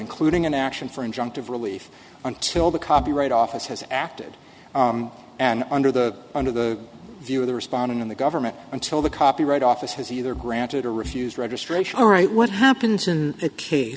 including an action for injunctive relief until the copyright office has acted and under the under the view of the responding in the government until the copyright office has either granted or refused registration all right what happens in a case